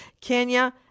Kenya